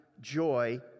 joy